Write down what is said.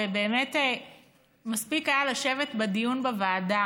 ובאמת מספיק היה לשבת בדיון בוועדה